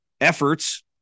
efforts